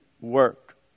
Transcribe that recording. work